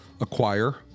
acquire